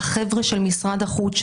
החבר'ה של משרד החוץ,